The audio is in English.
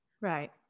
Right